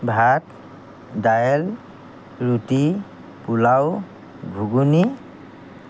ভাত দাইল ৰুটি পোলাও ঘুগুনি